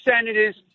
senators